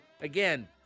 again